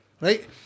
Right